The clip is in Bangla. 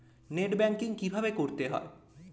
নেট ব্যাঙ্কিং কীভাবে করতে হয়?